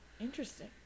interesting